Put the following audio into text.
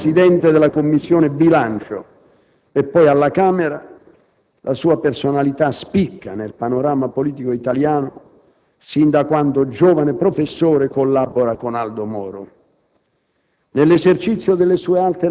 (dove ricoprì anche il ruolo di Presidente della Commissione bilancio) e poi alla Camera dei deputati, la sua personalità spicca nel panorama politico italiano sin da quando, giovane professore, collabora con Aldo Moro.